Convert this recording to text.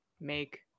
make